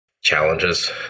challenges